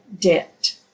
debt